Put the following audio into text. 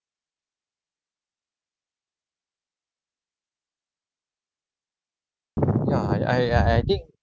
ya I I I I think